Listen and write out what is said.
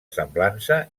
semblança